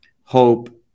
Hope